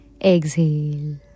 exhale